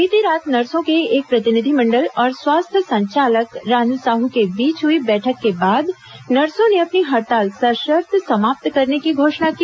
बीती रात नर्सों के एक प्रतिनिधिमंडल और स्वास्थ्य संचालक रान साह के बीच हई बैठक के बाद नर्सों ने अपनी हडताल सशर्त समाप्त करने की घोषणा की